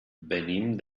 venim